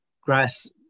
grass